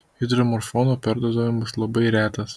hidromorfono perdozavimas labai retas